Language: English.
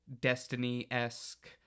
Destiny-esque